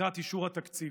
לקראת אישור התקציב.